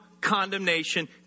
condemnation